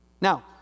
Now